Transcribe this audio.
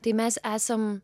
tai mes esam